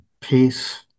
peace